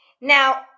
Now